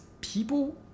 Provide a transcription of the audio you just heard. people